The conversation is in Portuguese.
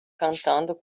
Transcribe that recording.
cantando